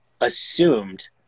assumed